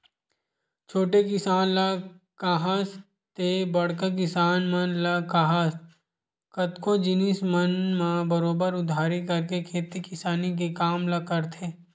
छोटे किसान ल काहस ते बड़का किसान मन ल काहस कतको जिनिस मन म बरोबर उधारी करके खेती किसानी के काम ल करथे